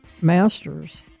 Masters